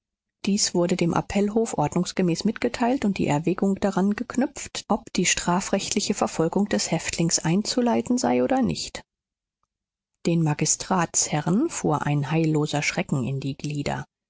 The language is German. dies wurde dem appellhof ordnungsgemäß mitgeteilt und die erwägung daran geknüpft ob die strafrechtliche verfolgung des häftlings einzuleiten sei oder nicht den magistratsherren fuhr ein heilloser schrecken in die glieder